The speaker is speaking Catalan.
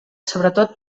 sobretot